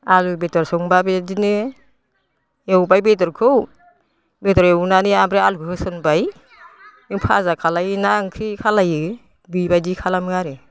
आलु बेदर संब्ला बेबायदिनो एवबाय बेदरखौ बेदर एवनानै आरो बे आलुखो होसनबाय भाजा खालायोना ओंख्रि खालायो बिबायदि खालामो आरो